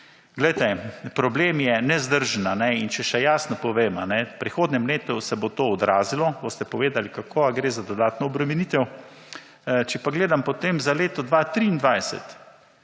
potem gre. Problem je nezdržen in če še jasno povem. V prihodnjem letu se bo to odrazilo, boste povedali kako ali gre za dodatno obremenitev. Če pa gledam, potem za leto 2023